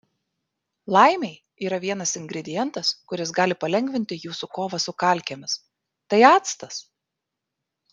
laimei yra vienas ingredientas kuris gali palengvinti jūsų kovą su kalkėmis tai actas